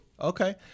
Okay